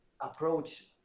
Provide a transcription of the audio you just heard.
approach